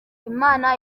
imana